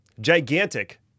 Gigantic